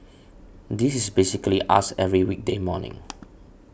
this is basically us every weekday morning